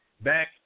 back